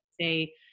say